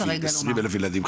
20,000 ילדים,